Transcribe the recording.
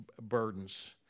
burdens